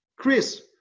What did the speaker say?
Chris